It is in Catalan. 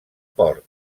port